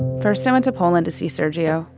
first i went to poland to see sergiusz.